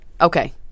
Okay